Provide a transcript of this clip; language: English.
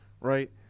right